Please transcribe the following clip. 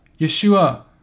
Yeshua